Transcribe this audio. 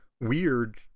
weird